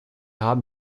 haben